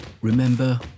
Remember